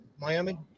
Miami